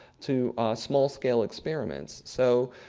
to small scale experiments. so,